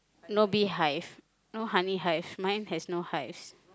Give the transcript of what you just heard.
no beehive no honey hive mine has no hives